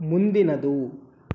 ಮುಂದಿನದು